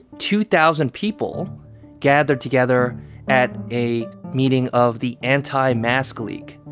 two thousand people gathered together at a meeting of the anti-mask league,